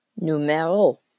Numéro